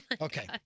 Okay